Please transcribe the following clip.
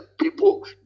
people